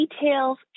details